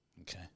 Okay